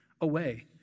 away